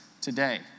today